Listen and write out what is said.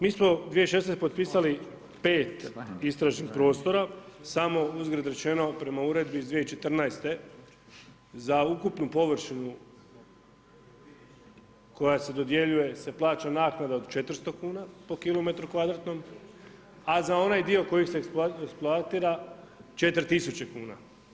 Mi smo 2016. potpisali 5 istražnih prostora, samo uzgred rečeno prema uredbi iz 2014. za ukupnu površinu koja se dodjeljuje se plaća naknada od 400 kn po kilometru kvadratnom, a za onaj dio koji se eksploatira 4000 kn.